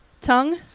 Tongue